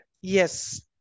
Yes